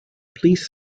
please